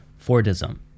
Fordism